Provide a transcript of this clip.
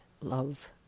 love